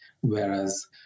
whereas